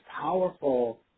powerful